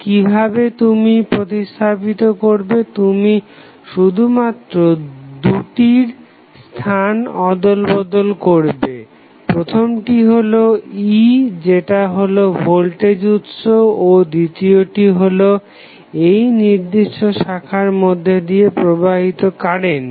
কিভাবে তুমি প্রতিস্থাপিত করবে তুমি শুধুমাত্র দুটির স্থান অদল বদল করবে প্রথমটি হলো E যেটা হলো ভোল্টেজ উৎস ও দ্বিতীয়টি হলো এই নির্দিষ্ট শাখার মধ্যে দিয়ে প্রবাহিত কারেন্ট